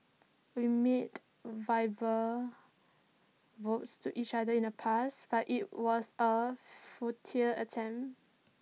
we made vows to each other in the past but IT was A futile attempt